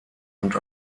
und